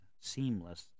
seamless